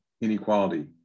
inequality